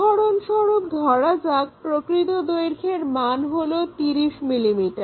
উদাহরণস্বরূপ ধরা যাক প্রকৃত দৈর্ঘ্যের মান হলো 30 mm